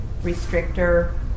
restrictor